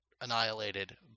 annihilated